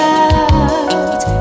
out